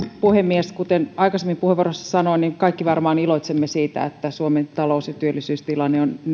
puhemies kuten aikaisemmin puheenvuorossani sanoin kaikki varmaan iloitsemme siitä että suomen talous ja työllisyystilanne on